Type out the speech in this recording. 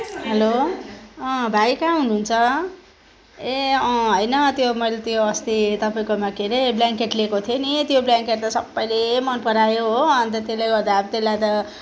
hello अँ भाइ कहाँ हुनुहुन्छ ए अँ होइन त्यो मैले त्यो अस्ति तपाईँकोमा के अरे ब्ल्याङ्केट लिएको थिएँ नि त्यो ब्ल्याङ्केट त सबैले मनपरायो हो अन्त त्यसले गर्दा अब त्यसलाई त